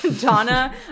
Donna